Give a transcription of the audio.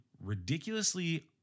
ridiculously